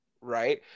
Right